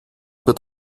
über